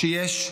שיש,